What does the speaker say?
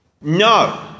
No